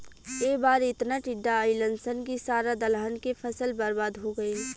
ए बार एतना टिड्डा अईलन सन की सारा दलहन के फसल बर्बाद हो गईल